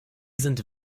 sind